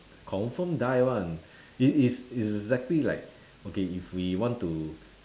confirm die [one] it is it's exactly like okay if we want to